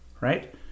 right